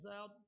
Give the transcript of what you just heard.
out